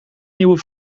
nieuwe